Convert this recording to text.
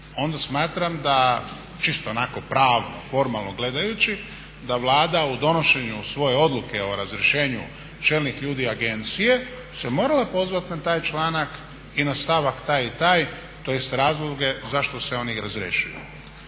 onda smatram da čisto onako pravno, formalno gledajući da Vlada u donošenju svoje odluke o razrješenju čelnih ljudi agencije se morala pozvati na taj članak i na stavak taj i taj tj. razloge zašto se oni razrješuju.